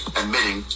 admitting